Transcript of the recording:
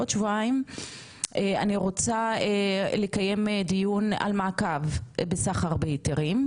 ואני בעוד שבועיים רוצה לקיים דיון על מעקב בסחר בהיתרים,